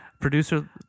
Producer